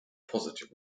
positive